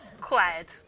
Quiet